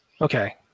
Okay